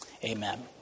Amen